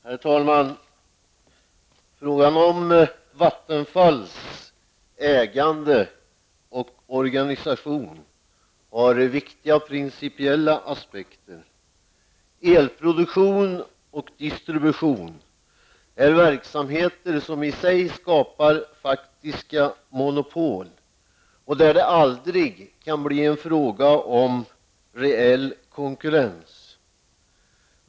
Herr talman! Frågan om Vattenfalls ägande och organisation har viktiga principiella aspekter. Elproduktion och eldistribution är verksamheter som i sig skapar faktiska monopol. Där kan det aldrig bli fråga om reell konkurrens.